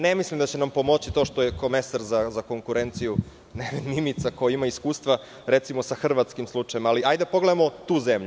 Ne mislim da će nam pomoći to što je komesar za konkurenciju Mimica koja ima iskustva, recimo sa hrvatskim slučajem, ali hajde da pogledamo tu zemlju.